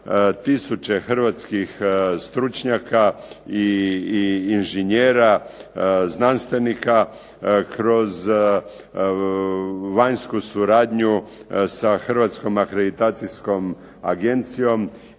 tisuće hrvatskih stručnjaka i inženjera, znanstvenika, kroz vanjsku suradnju sa Hrvatskom akreditacijskom agencijom